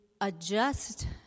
adjust